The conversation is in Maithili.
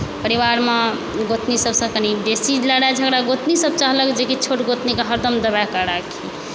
परिवारमे गोतनी सबसँ कनि बेसी लड़ाइ झगड़ा गोतनी सब चाहलक जे कि छोट गोतनी के हरदम दबाए कऽ राखी